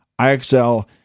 IXL